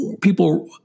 people